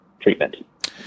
treatment